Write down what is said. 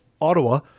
Ottawa